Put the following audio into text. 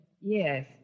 Yes